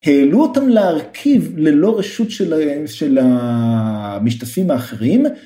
העלו אותם להרכיב ללא רשות של המשתתפים האחרים,